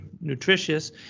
nutritious